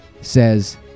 says